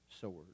sword